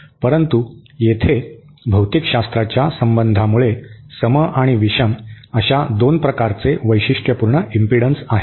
परंतु येथे भौतिकशास्त्राच्या संबंधामुळे सम आणि विषम अशा दोन प्रकारचे वैशिष्ट्यपूर्ण इम्पीडन्स आहेत